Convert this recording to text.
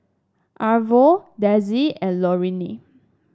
Arvo Dessie and Loraine